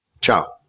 Ciao